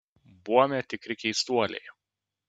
buome tikri keistuoliai